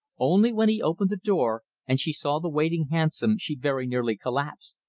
only when he opened the door and she saw the waiting hansom she very nearly collapsed.